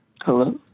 Hello